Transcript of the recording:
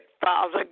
Father